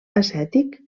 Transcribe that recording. acètic